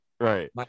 right